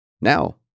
Now